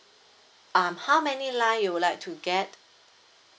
um how many line you would like to get